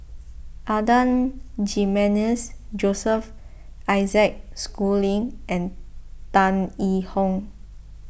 Adan Jimenez Joseph Isaac Schooling and Tan Yee Hong